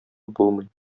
булмый